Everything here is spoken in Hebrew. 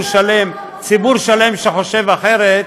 כן,